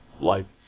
Life